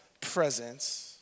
presence